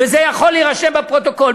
וזה יכול להירשם בפרוטוקול.